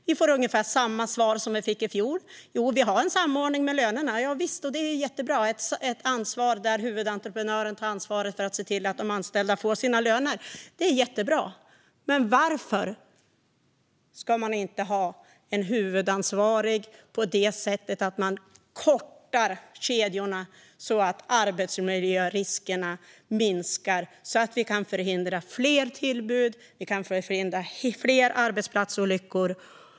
Vi får ungefär samma svar som vi fick i fjol: Det finns en samordning med lönerna. Jovisst, det är jättebra att huvudentreprenören tar ansvar för att se till att de anställda får sina löner. Men varför ska det inte finnas en huvudansvarig för att på så vis korta kedjorna så att arbetsmiljöriskerna minskar? Då hade vi kunnat förhindra fler tillbud och arbetsplatsolyckor.